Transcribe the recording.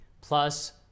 plus